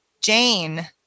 Jane